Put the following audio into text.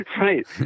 right